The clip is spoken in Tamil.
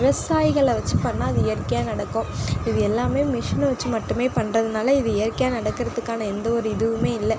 விவசாயிகளை வெச்சு பண்ணால் அது இயற்கையாக நடக்கும் இது எல்லாமே மிஷினை வெச்சு மட்டுமே பண்ணுறதுனால இது இயற்கையாக நடக்கிறதுக்கான எந்த ஒரு இதுவுமே இல்லை